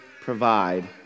provide